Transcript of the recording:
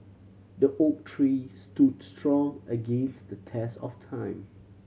the oak tree stood strong against the test of time